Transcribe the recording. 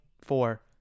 four